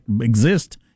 exist